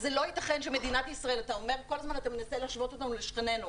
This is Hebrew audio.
כל הזמן אתה מנסה להשוות אותנו לשכנינו.